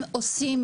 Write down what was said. הם עושים